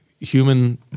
human